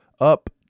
up